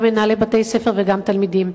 גם מנהלי בתי-ספר וגם תלמידים.